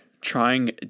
trying